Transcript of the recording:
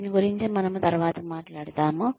దీని గురించి మనము తరువాత మాట్లాడుతాము